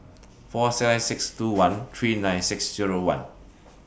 four seven six two one three nine six Zero one